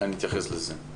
נתייחס לזה.